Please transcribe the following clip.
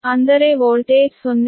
ಅಂದರೆ ವೋಲ್ಟೇಜ್ 0